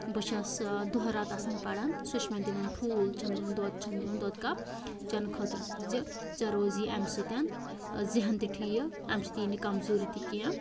بہٕ چھَس دۄہ راتھ آسان پَران سۄ چھےٚ مےٚ دِوان ٹھوٗل چھَم دِوان دۄد چھَم دِوان دۄدٕ کَپ چٮ۪نہٕ خٲطرٕ زِ ژٕ روزِ اَمہِ سۭتۍ زَن زیہن تہِ ٹھیٖک اَمہِ سۭتۍ یہِ نہٕ کَمزورِ تہِ کیٚنہہ